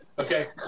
okay